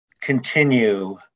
continue